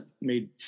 made